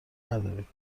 نداریم